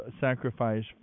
sacrifice